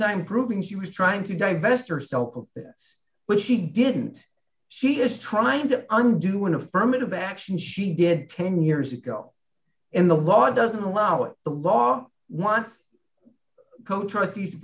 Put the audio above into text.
time proving she was trying to divest yourself of it but she didn't she is trying to undo an affirmative action she did ten years ago in the law doesn't allow it the law wants